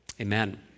Amen